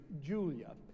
Julia